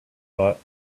thought